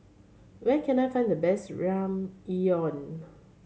where can I find the best Ramyeon